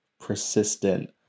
persistent